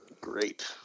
Great